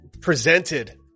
Presented